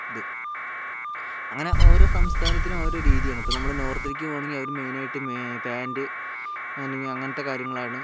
അങ്ങനെ ഓരോ സംസ്ഥാനത്തിനും ഓരോ രീതിയാണ് ഇപ്പോൾ നമ്മൾ നോർത്തിലേക്ക് പോകുകയാണെങ്കിൽ അവർ മെയിനായിട്ട് മേ പേന്റ് അല്ലെങ്കിൽ അങ്ങനത്തെ കാര്യങ്ങളാണ്